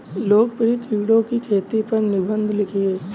लोकप्रिय कीड़ों की खेती पर निबंध लिखिए